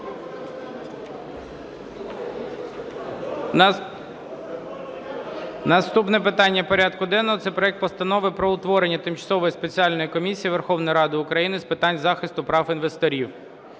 Наступне питання порядку денного – це проект Постанови про утворення Тимчасової спеціальної комісії Верховної Ради України з питань захисту прав інвесторів